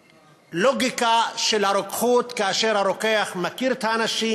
ללוגיקה של הרוקחות, שהרוקח מכיר את האנשים,